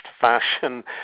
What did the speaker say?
fashion